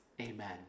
Amen